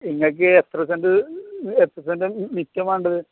നിങ്ങള്ക്ക് എത്ര സെൻറ് എത്ര സെൻറ്റാണ് മുറ്റം വേണ്ടത്